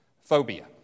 phobia